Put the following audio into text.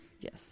Yes